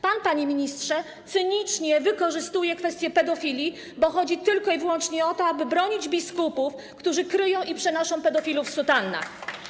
Pan, panie ministrze, cynicznie wykorzystuje kwestię pedofilii, bo chodzi tylko i wyłącznie o to, aby bronić biskupów, którzy kryją i przenoszą pedofilów w sutannach.